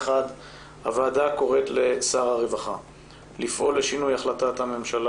הוועדה קוראת לשר הרווחה לפעול לשינוי החלטת הממשלה